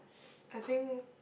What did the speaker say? I think